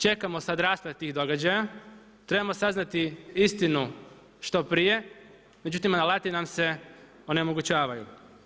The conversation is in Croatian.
Čekamo sad rasplet tih događaja, trebamo saznati istinu što prije, međutim alati nam se onemogućavaju.